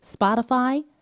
Spotify